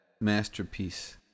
masterpiece